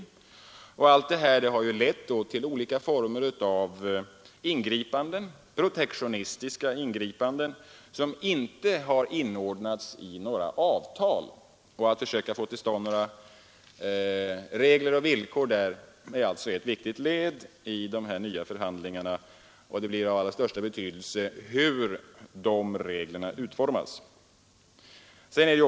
Allt detta har ju lett till olika former av protektionistiska ingripanden, som inte har inordnats i några avtal. Att försöka få till stånd några regler och villkor därvidlag är alltså ett viktigt led i dessa nya förhandlingar, och det blir av allra största betydelse hur de reglerna utformas.